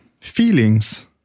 feelings